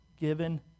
given